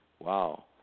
Wow